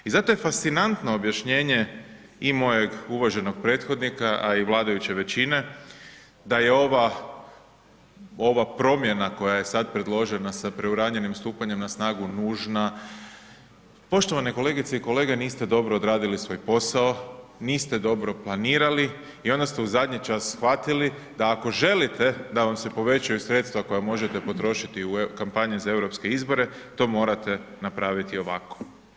I zato je fascinantno objašnjenje i mojeg uvaženog prethodnika, a i vladajuće većine, da je ova promjena koja je sada predložena sa preuranjujem stupanjem na snagu nužna, poštovane kolegice i kolege, niste dobro odradili svoj posao, niste dobro planirali, i onda ste u zadnji čas shvatili, da ako želite da vam se povećaju sredstva koja možete potrošiti u kampanji za europske izbore, to morate napraviti ovako.